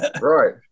Right